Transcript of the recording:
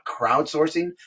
crowdsourcing